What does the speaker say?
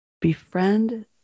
Befriend